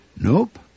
Nope